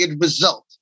result